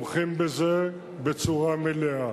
זאת,